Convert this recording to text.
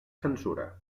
censura